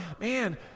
man